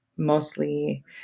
mostly